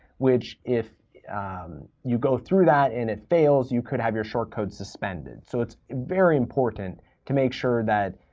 which if you go through that and it fails, you could have your short code suspended. so it's very important to make sure that,